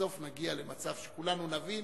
בסוף נגיע למצב שכולנו נבין